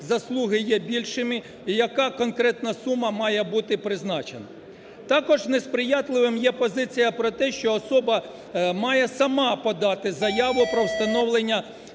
заслуги є більшими і яка конкретно сума має бути призначена. Також не сприятливим є позиція про те, що особа має сама подати заяву про встановлення